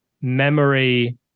memory